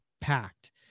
packed